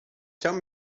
tell